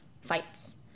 fights